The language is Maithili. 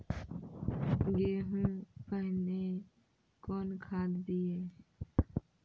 गेहूँ पहने कौन खाद दिए?